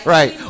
Right